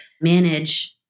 manage